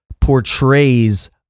portrays